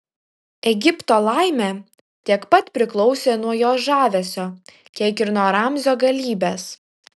egipto laimė tiek pat priklausė nuo jos žavesio kiek ir nuo ramzio galybės